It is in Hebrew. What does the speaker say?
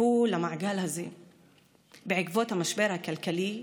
הצטרפו למעגל הזה בעקבות המשבר הכלכלי,